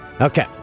Okay